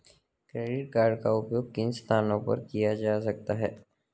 Credit card का उपयोग किन स्थानों पर किया जा सकता है?